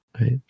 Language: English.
right